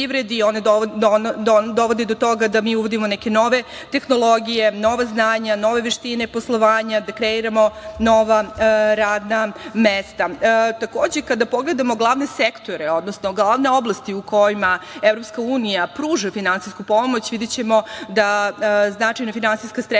One dovode do toga da mi uvodimo neke nove tehnologije, nova znanja, nove veštine poslovanja, da kreiramo nova radna mesta. Takođe, kada pogledamo glavne sektore, odnosno one oblasti u kojima EU pruža finansijsku pomoć, videćemo da značajna finansijska sredstva